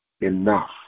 enough